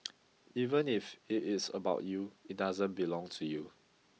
even if it is about you it doesn't belong to you